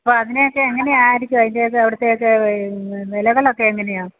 ഇപ്പം ഇതിനൊക്കെ എങ്ങനെ ആയിരിക്കും അതിൻ്റെ ഒക്കെ അവിടുത്തെയൊക്കെ വിളകളൊക്കെ എങ്ങനെ ആണ്